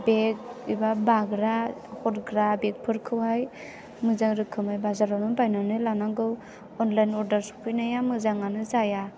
बेग एबा बाग्रा हरग्रा बेग फोरखौहाय मोजां रोखोमै बाजारावनो बायनानै लानांगौ अनलाइन अर्दार सफैनाया मोजांआनो जाया